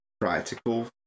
practical